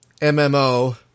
MMO